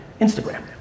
Instagram